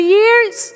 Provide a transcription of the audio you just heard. years